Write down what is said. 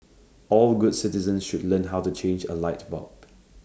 all good citizens should learn how to change A light bulb